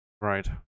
Right